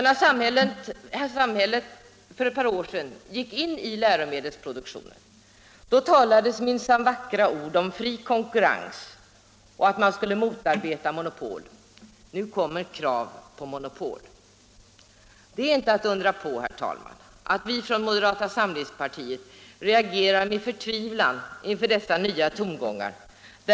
När samhället för ett par år sedan gick in i läromedelsproduktionen talades minsann vackra ord om fri konkurrens och att man skulle motarbeta monopol. Nu kommer krav på monopol. Det är inte att undra på, herr talman, att vi från moderata samlingspartiet reagerar med förtvivlan inför dessa nya tongångar.